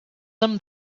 them